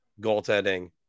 goaltending